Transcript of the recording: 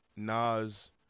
Nas